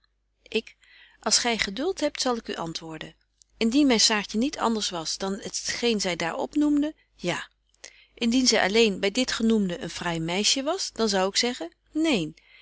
ik als gy geduld hebt zal ik u antwoorden indien myn saartje niet anders was dan het geen zy daar opnoemde ja indien zy alleen by dit genoemde een fraai meisje was dan zou ik zeggen neen